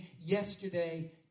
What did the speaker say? yesterday